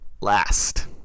last